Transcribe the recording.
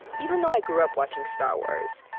even though i grew up watching star wars,